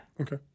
Okay